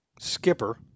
Skipper